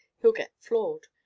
he'll get floored.